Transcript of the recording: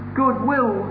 goodwill